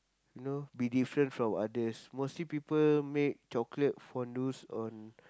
you know be different from others mostly people make chocolate fondues on